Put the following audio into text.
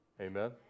Amen